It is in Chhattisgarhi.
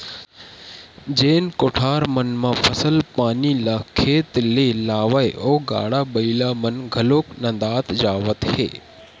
जेन कोठार मन म फसल पानी ल खेत ले लावय ओ गाड़ा बइला मन घलोक नंदात जावत हे